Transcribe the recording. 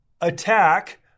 attack